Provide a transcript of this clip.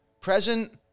present